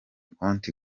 konti